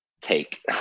take